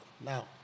Now